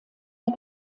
der